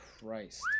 Christ